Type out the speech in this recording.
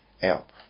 help